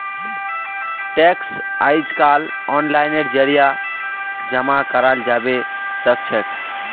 tax अइजकाल ओनलाइनेर जरिए जमा कराल जबा सखछेक